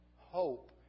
hope